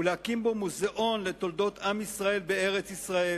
להקים בו מוזיאון לתולדות עם ישראל בארץ-ישראל